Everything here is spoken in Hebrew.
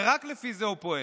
ורק לפי זה הוא פועל.